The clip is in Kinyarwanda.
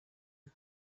mba